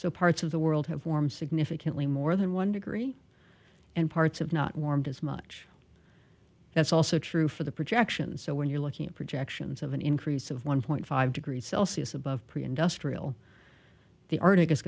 so parts of the world have warmed significantly more than one degree and parts of not warmed as much that's also true for the projections so when you're looking at projections of an increase of one point five degrees celsius above pre industrial the arctic is g